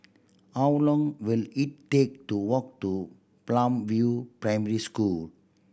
how long will it take to walk to Palm View Primary School